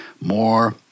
more